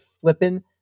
flipping